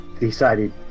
Decided